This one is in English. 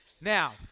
Now